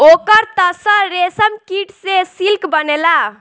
ओकर तसर रेशमकीट से सिल्क बनेला